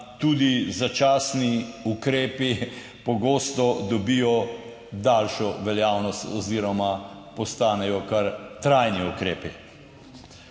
tudi začasni ukrepi pogosto dobijo daljšo veljavnost oziroma postanejo kar trajni ukrepi.